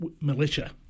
militia